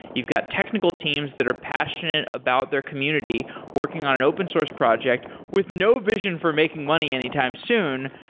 you've got technical teams that are passionate about their community working on an open-source project, with no vision for making money anytime soon.